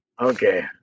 Okay